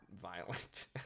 violent